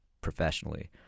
professionally